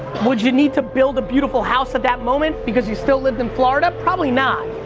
would you need to build a beautiful house at that moment because you still lived in florida? probably not,